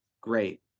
Great